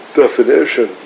definition